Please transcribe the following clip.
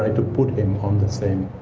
to put him on the same